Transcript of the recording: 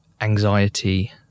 anxiety